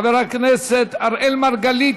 חבר הכנסת אראל מרגלית,